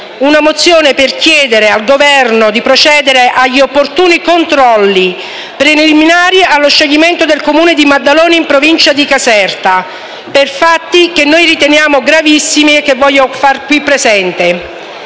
una mozione per chiedere al Governo di procedere agli opportuni controlli preliminari allo scioglimento del Comune di Maddaloni, in provincia di Caserta, per fatti che noi riteniamo gravissimi e che voglio qui far presente.